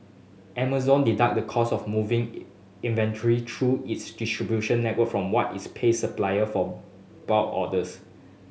Amazon deduct the cost of moving it inventory through its distribution network from what it's pays supplier from bulk orders